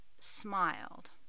smiled